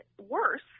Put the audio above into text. worse